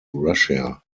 russia